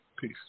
peace